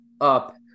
up